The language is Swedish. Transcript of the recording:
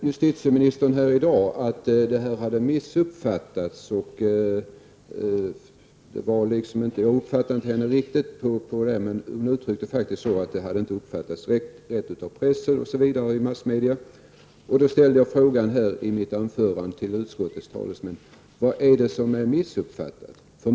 Justitieministern sade i dag att detta hade missuppfattats. Jag förstod inte riktigt vad hon sade, men hon uttryckte sig faktiskt så, att frågan inte hade uppfattats rätt av massmedia. Jag frågade därför i mitt anförande utskottets talesmän: Vad är det som är missuppfattat?